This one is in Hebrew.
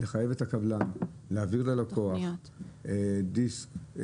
לחייב את הקבלן להעביר ללקוח דיסק,